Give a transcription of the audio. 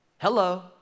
Hello